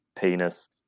penis